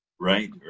Right